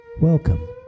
Welcome